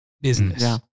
business